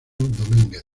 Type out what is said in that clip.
domínguez